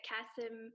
Kasim